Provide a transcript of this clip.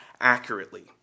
accurately